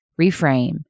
reframe